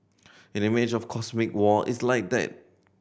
an image of cosmic war is like that